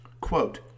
Quote